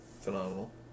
phenomenal